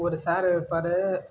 ஒரு சாரு இருப்பார்